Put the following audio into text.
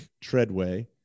Treadway